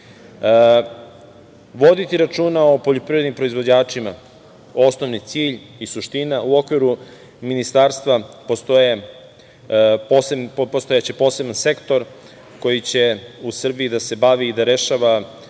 Srbije. Voditi računa o poljoprivrednim proizvođačima, osnovni cilj i suština u okviru Ministarstva postojaće poseban sektor koji će u Srbiji da se bavi i da rešava,